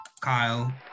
Kyle